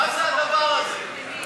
מה זה הדבר הזה?